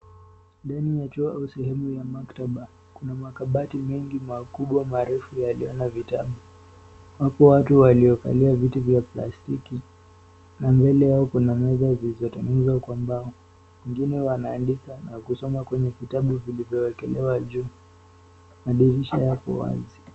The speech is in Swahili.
Ndani ya juu au sehemu ya maktaba, kuna makabati mingi makubwa marefu yalio na vitabu. Wako watu walio kalia viti vya plastiki na mbele yao kuna meza vilivyo tengeneswa kwa mbao, wingine wanaandika kusoma kwenye kitabu vilivyo wekelewa juu, madirisha wako wazi.